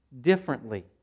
Differently